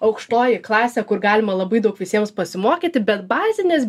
aukštoji klasė kur galima labai daug visiems pasimokyti bet bazinės